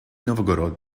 novgorod